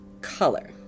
color